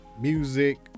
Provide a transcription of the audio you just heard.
music